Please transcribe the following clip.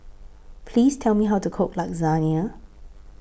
Please Tell Me How to Cook Lasagne